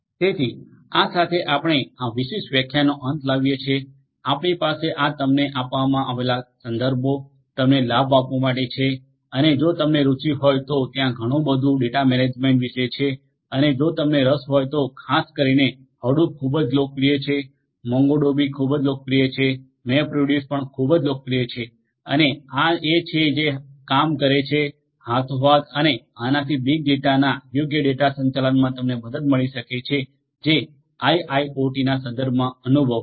તેથી આ સાથે આપણે આ વિશિષ્ટ વ્યાખ્યાનનો અંત લાવીએ છીએ આપણી પાસે આ તમને આપવામાં આવેલા સંદર્ભો તમને લાભ આપવા માટે છે અને જો તમને રુચિ હોય તો ત્યાં ઘણું બધુ ડેટા મેનેજમેન્ટ વિષે છે અને જો તમને રસ હોય તો ખાસ કરીને હડુપ ખૂબ જ લોકપ્રિય છે મોંગોડીબી ખૂબ જ લોકપ્રિય છે મેપરિડયુસ પણ ખૂબ જ લોકપ્રિય છે અને આ એ છે જે કામ કરે છે હાથો હાથ અને આનાથી બીગ ડેટાના યોગ્ય ડેટા સંચાલનમાં તમને મદદ મળી શકે છે જે આઇઆઇઓટી ના સંદર્ભમાં અનુભવાય છે